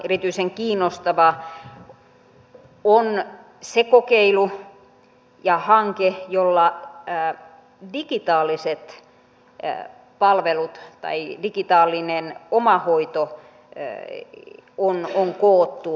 erityisen kiinnostava on se kokeilu ja hanke jolla digitaalinen omahoito on koottu virtuaaliklinikkakonseptiksi